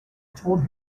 told